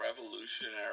revolutionary